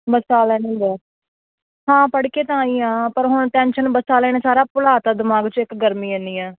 ਬੱਸਾਂ ਵਾਲਿਆਂ ਹਾਂ ਪੜ੍ਹ ਕੇ ਤਾਂ ਆਈ ਹਾਂ ਪਰ ਹੁਣ ਟੈਨਸ਼ਨ ਬੱਸਾਂ ਵਾਲੇ ਨੇ ਸਾਰਾ ਭੁੱਲਾ ਤਾ ਦਿਮਾਗ 'ਚ ਇੱਕ ਗਰਮੀ ਇੰਨੀ ਆ